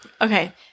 Okay